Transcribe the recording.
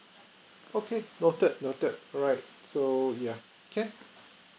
okay noted noted alright so yeah okay